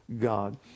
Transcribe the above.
God